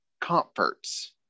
comforts